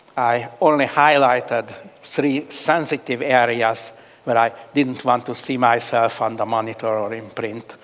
i only highlighted three sensitive areas that i didn't want to see myself on the monitor or in print.